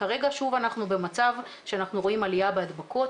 כרגע שוב אנחנו במצב שאנחנו רואים עלייה בהדבקות,